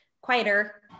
quieter